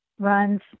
runs